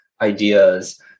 ideas